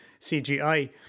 CGI